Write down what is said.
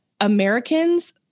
Americans